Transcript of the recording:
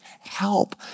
help